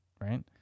right